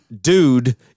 dude